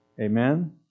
amen